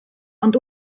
ond